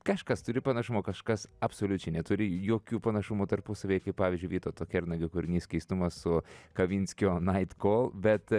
kažkas turi panašumo kažkas absoliučiai neturi jokių panašumų tarpusavyje kaip pavyzdžiui vytauto kernagio kūrinys keistumas su kavinskio night call bet